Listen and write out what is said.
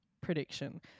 prediction